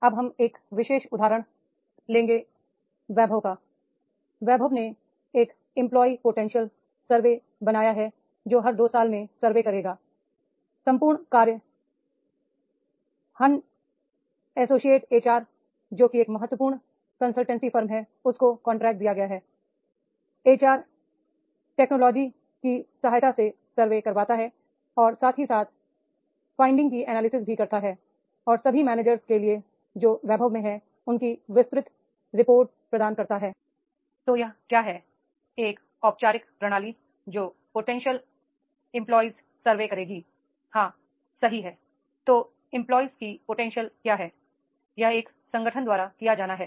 अब हम एक विशेष उदाहरण लेंगे वैभव काI वैभव ने एक इंप्लॉय पोटेंशियल सर्वे बनाया है जो हर 2 साल में सर्वे करेगाI संपूर्ण कार्य हन एसोसिएट एचआर जो कि एक प्रमुख कंसलटेंसी फर्म है उसको कॉन्ट्रैक्ट दिया गया है एच आर टेक्नोलॉजी की सहायता से सर्वे करवाता है साथ ही साथ फाइं डिंग्स की एनालिसिस भी करता है और सभी मैनेजर्स के लिए जो वैभव में है उनकी विस्तृत रिपोर्ट प्रदान करता हैI तो यह क्या है एक औपचारिक प्रणाली जो पोटेंशियल एंप्लॉय सर्वे करेगी हां सही हैं तो एंप्लॉय की पोटेंशियल क्या है यह एक संगठन द्वारा किया जाना है